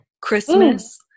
Christmas